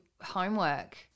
homework